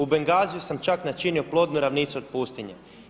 U Benghaziju sam čak načinio plodnu ravnicu od pustinje.